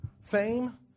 fame